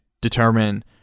determine